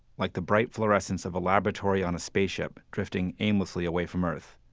like the bright fluorescence of a laboratory on a spaceship drifting aimlessly away from earth.